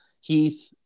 Heath